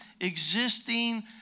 existing